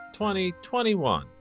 2021